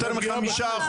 יותר מ-5%.